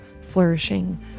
flourishing